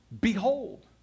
behold